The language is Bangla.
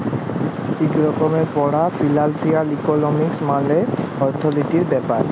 ইক রকমের পড়া ফিলালসিয়াল ইকলমিক্স মালে অথ্থলিতির ব্যাপার